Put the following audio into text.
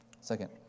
Second